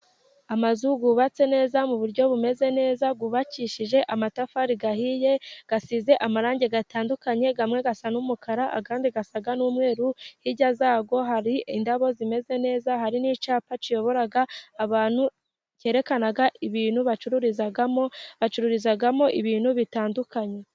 Amazu yubatse neza, mu buryo bumeze neza, yubakishije amatafari ahiye ,asize amarangi atandukanye ,amwe asa n'umukara, ayandi asa n'umweru ,hirya yayo hari indabo zimeze neza, hari n'icyapa kiyobora abantu kerekana ibintu bacururizamo, bacururizamo ibintu bitandukanye.